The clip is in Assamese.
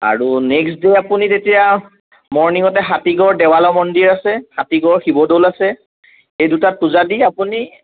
আৰু নেক্সট ডে আপুনি তেতিয়া মৰ্ণনিঙতে হাতীগড় দেৱালয় মন্দিৰ আছে হাতীগড়ৰ শিৱদৌল আছে এই দুইটাত পূজা দি আপুনি